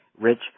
Rich